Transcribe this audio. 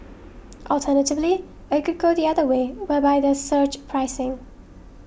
alternatively it could go the other way whereby there's surge pricing